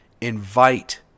invite